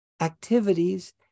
activities